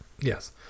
Yes